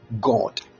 God